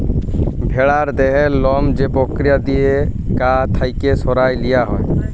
ভেড়ার দেহের লম যে পক্রিয়া দিঁয়ে গা থ্যাইকে সরাঁয় লিয়া হ্যয়